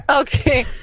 Okay